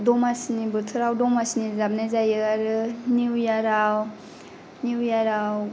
दमासिनि बोथोराव दमासिनि दामनाय जायो आरो न्युयियाराव